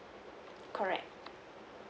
correct